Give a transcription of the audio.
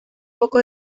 poco